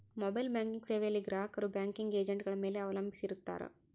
mobile banking ಸೇವೆಯಲ್ಲಿ ಗ್ರಾಹಕರು banking ಏಜೆಂಟ್ಗಳ ಮೇಲೆ ಅವಲಂಬಿಸಿರುತ್ತಾರ